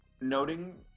noting